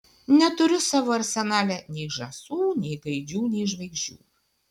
neturiu savo arsenale nei žąsų nei gaidžių nei žvaigždžių